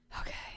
Okay